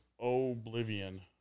Oblivion